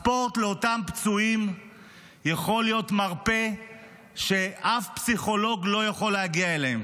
הספורט לאותם פצועים יכול להיות מרפא שאף פסיכולוג לא יכול להגיע אליו.